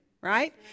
right